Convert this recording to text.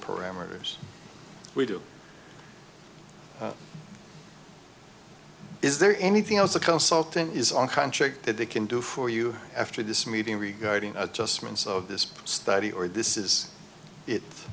programmers we do is there anything else a consultant is on contract that they can do for you after this meeting regarding adjustments of this study or this is it